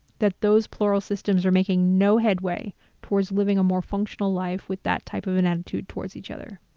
that those plural systems are making no headway towards living a more functional life with that type of an attitude towards each other.